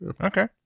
okay